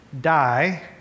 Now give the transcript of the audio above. die